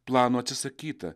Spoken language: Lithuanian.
plano atsisakyta